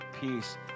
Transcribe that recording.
peace